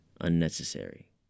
unnecessary